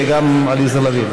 וגם עליזה לביא.